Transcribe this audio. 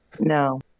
No